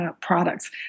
products